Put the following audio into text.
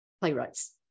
playwrights